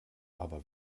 aber